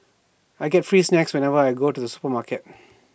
I get free snacks whenever I go to the supermarket